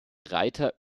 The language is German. reiter